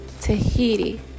Tahiti